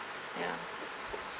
ya